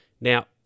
now